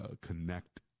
connect